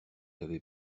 avait